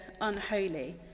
unholy